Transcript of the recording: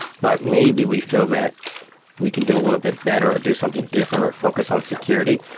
but maybe we feel that we can do a little bit better or do something different or focus on security.